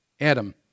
Adam